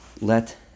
Let